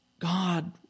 God